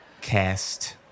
cast